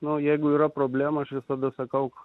nuo jeigu yra problemų aš visada sakau